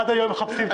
עד היום מחפשים את